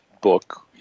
book